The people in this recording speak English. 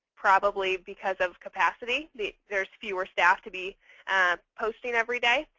probably because of capacity. there's fewer staff to be posting every day.